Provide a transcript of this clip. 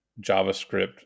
JavaScript